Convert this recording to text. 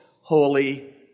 Holy